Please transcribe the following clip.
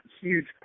huge